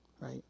right